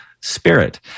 spirit